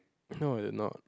no you're not